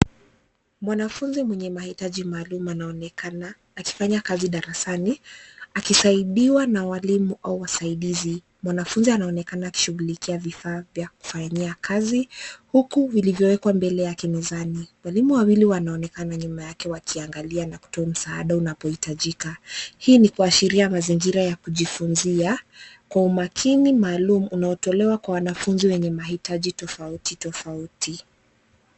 Mwanafunzi mwenye mahitaji maalum anaonekana akifanya kazi darasani, akisaidiwa na walimu au wasaidizi. Mwanafunzi anaonekana akishughulikia bidhaa za kufanyia kazi vilivyowekwa mbele yake mezani. Walimu wawili wanaonekana nyuma yake wakiangalia na kutoa msaada unapohitajika. Hii ni kuashiria mazingira ya kujifunzia kwa umakini maalum unaotolewa Kwa wanafunzi wenye mahitaji tofauti tofauti.